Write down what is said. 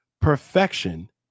Perfection